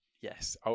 Yes